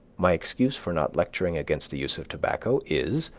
my excuse for not lecturing against the use of tobacco is,